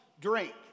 drink